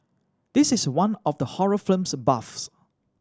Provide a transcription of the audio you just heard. this is one for the horror buffs